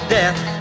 death